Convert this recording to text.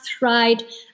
right